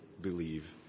believe